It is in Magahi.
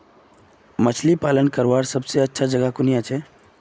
मछली पालन करवार सबसे अच्छा जगह कुनियाँ छे?